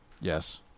Yes